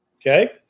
Okay